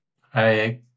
Hi